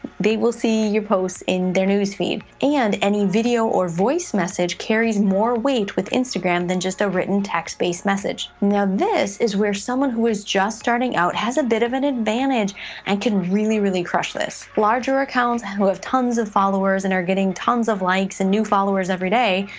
they will see your post in their newsfeed, and any video or voice message carries more weight with instagram than just a written text-based message. now, this is where someone who is just starting out has a bit of an advantage and can really, really crush this. larger accounts have tons of followers and are getting tons of likes and new followers every day.